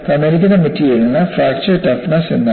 തന്നിരിക്കുന്ന മെറ്റീരിയലിന് fracture toughness എന്താണ്